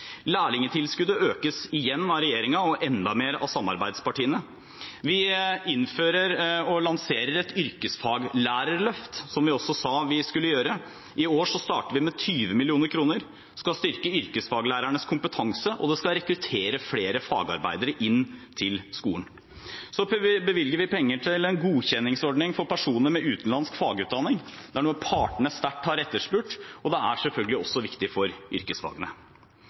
Lærlingtilskuddet økes igjen av regjeringen – og enda mer av samarbeidspartiene. Vi innfører og lanserer et yrkesfaglærerløft, som vi også sa vi skulle gjøre. I år starter vi med 20 mill. kr, som skal styrke yrkesfaglærernes kompetanse, og det skal rekruttere flere fagarbeidere inn til skolen. Så bevilger vi penger til en godkjenningsordning for personer med utenlandsk fagutdanning. Det er noe partene sterkt har etterspurt, og det er selvfølgelig også viktig for yrkesfagene.